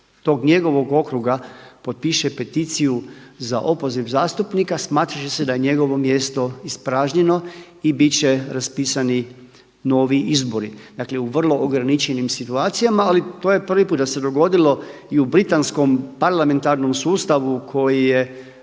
tog njegovog okruga potpiše peticiju za opoziv zastupnika smatrati će se da je njegovo mjesto ispražnjeno i biti će raspisani novi izbori. Dakle u vrlo ograničenim situacijama ali to je prvi put da se dogodilo i u britanskom parlamentarnom sustavu koji je